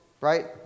right